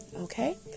okay